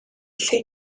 lle